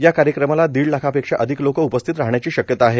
या कार्यक्रमाला दीड लाखांपेक्षा अधिक लोक उपस्थित राहण्याची शक्यता आहे